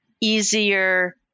easier